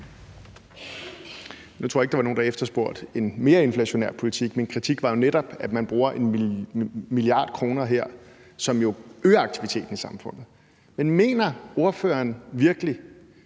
jeg ikke, at der var nogen, der efterspurgte en mere inflationær politik. Min kritik var jo netop, at man bruger 1 mia. kr. her, som jo øger aktiviteten i samfundet. Men mener ordføreren virkelig,